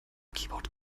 keyboard